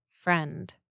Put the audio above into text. friend